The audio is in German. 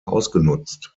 ausgenutzt